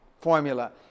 formula